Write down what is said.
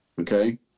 okay